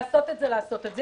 לעשות את זה לעשות את זה.